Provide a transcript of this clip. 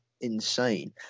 insane